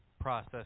process